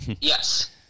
Yes